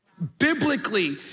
biblically